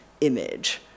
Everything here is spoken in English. image